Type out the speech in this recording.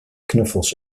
knuffels